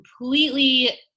completely